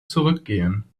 zurückgehen